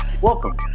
Welcome